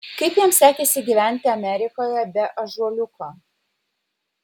kaip jam sekėsi gyventi amerikoje be ąžuoliuko